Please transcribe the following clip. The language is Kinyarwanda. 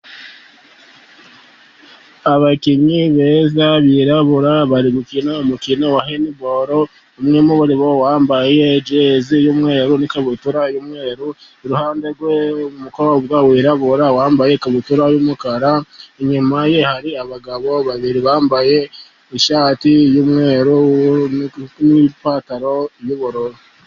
Abakinnyi beza birabura, bari gukina umukino wa handi boro, umwe muri bo wambaye ijezi y'umweru n'ikabutura y'umweru, iruhande umukobwa wirabura wambaye ikabutura y'umukara, inyuma ye hari abagabo babiri bambaye ishati y'umweru n'ipantaro y'ubururu.